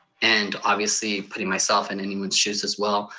and obviously putting myself in anyone's shoes as well,